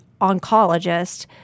oncologist